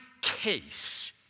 case